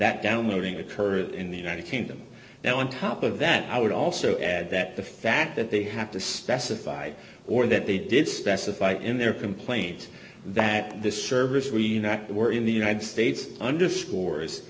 that downloading occurred in the united kingdom now on top of that i would also add that the fact that they have to specify or that they did specify in their complaint that this service we were in the united states underscores